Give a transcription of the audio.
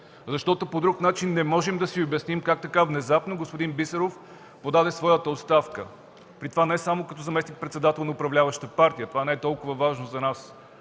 Защото по друг начин не можем да си обясним как така внезапно господин Бисеров подаде своята оставка, при това не само като заместник-председател на управляващата партия, това не е толкова важно за нас,